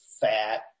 fat